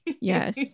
yes